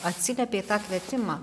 atsiliepė į tą kvietimą